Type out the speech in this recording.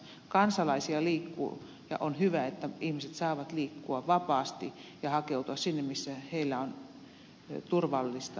kansalaisia liikkuu ja on hyvä että ihmiset saavat liikkua vapaasti ja hakeutua sinne missä heillä on turvallista elää